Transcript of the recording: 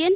N